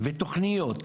ותוכניות,